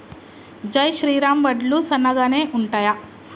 జై శ్రీరామ్ వడ్లు సన్నగనె ఉంటయా?